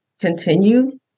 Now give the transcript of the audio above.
continue